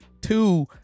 Two